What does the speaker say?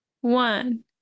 one